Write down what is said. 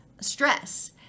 stress